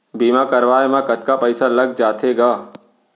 बीमा करवाए म कतका पइसा लग जाथे गा?